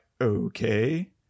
okay